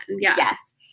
Yes